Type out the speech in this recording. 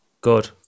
Good